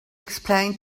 explain